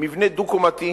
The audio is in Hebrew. מבנה דו-קומתי